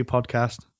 Podcast